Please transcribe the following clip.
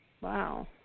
wow